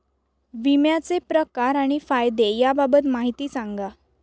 विम्याचे प्रकार आणि फायदे याबाबत माहिती सांगा